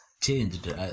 changed